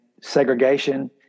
segregation